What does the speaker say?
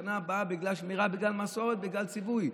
בשנה הבאה בגלל שמירה, בגלל מסורת, בגלל ציווי,